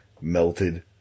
melted